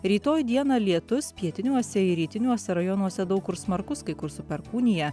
rytoj dieną lietus pietiniuose rytiniuose rajonuose daug kur smarkus kai kur su perkūnija